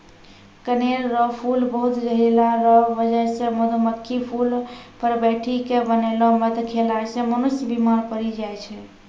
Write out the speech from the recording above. कनेर रो फूल बहुत जहरीला रो बजह से मधुमक्खी फूल पर बैठी के बनैलो मध खेला से मनुष्य बिमार पड़ी जाय छै